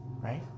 right